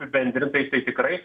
apibendrintai tai tikrai